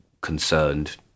concerned